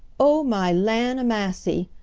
oh, my lan' a-massy!